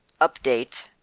update